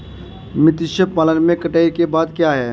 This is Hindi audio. मत्स्य पालन में कटाई के बाद क्या है?